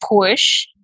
push